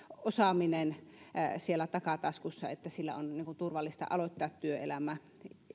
osaaminen siellä takataskussa sillä on turvallista aloittaa työelämä